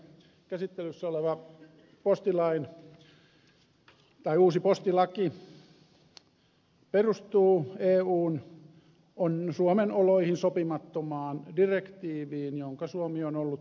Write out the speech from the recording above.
käsittelyssä oleva uusi postilaki perustuu eun suomen oloihin sopimattomaan direktiiviin jonka suomi on ollut hyväksymässä